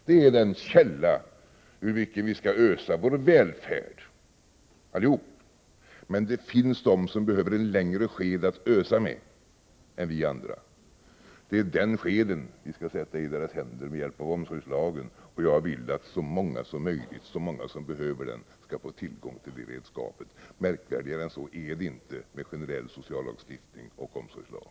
Det är den källa ur vilken vi skall ösa vår välfärd — allihop. Men det finns de som behöver längre sked att ösa med än vi andra, och det är den skeden som vi skall sätta i deras händer med hjälp av omsorgslagen. Och jag vill att så många som möjligt, så många som Behöver det, skall få tillgång till det redskapet. Märkvärdigare än så är det inte med en generell sociallagstiftning och omsorgslag.